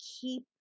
keep